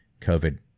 COVID